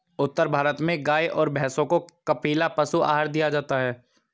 उत्तर भारत में गाय और भैंसों को कपिला पशु आहार दिया जाता है